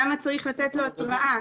למה צריך לתת לו התראה?